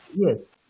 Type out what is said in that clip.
Yes